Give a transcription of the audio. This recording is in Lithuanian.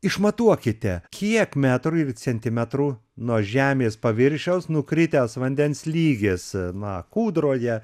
išmatuokite kiek metrų ir centimetrų nuo žemės paviršiaus nukritęs vandens lygis na kūdroje